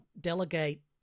delegate